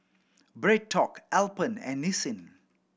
BreadTalk Alpen and Nissin